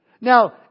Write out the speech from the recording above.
Now